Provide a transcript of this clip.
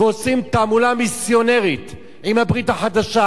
ועושים תעמולה מיסיונרית עם הברית החדשה